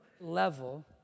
level